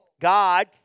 God